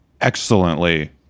excellently